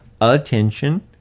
attention